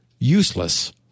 Useless